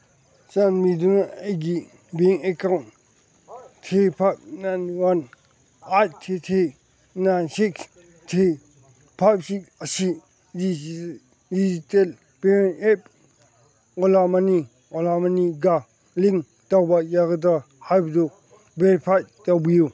ꯆꯥꯟꯕꯤꯗꯨꯅ ꯑꯩꯒꯤ bank account three five nine one eight three three nine six three five six ꯑꯁꯤ digital payment app Ola money Ola ꯃꯅꯤꯒ ꯂꯤꯡꯛ ꯇꯧꯕ ꯌꯥꯒꯗ꯭ꯔꯥ ꯍꯥꯏꯕꯗꯨ ꯕꯦꯔꯤꯐꯥꯏ ꯇꯧꯕꯤꯌꯨ